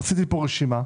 עשיתי פה רשימה.